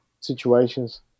situations